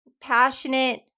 passionate